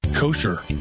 Kosher